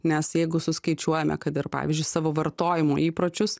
nes jeigu suskaičiuojame kad ir pavyzdžiui savo vartojimo įpročius